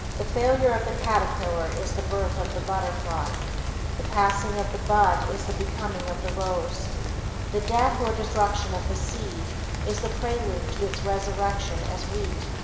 the failure of the caterpillar is the birth of the butterfly the passing of the bud is the becoming of the rose the death or destruction of the seed is the prelude to its resurrection as wheat.